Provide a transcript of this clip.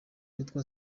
witwa